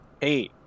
Hey